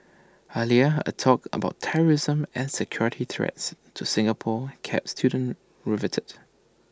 earlier A talk about terrorism and security threats to Singapore kept students riveted